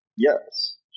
Yes